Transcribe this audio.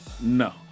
No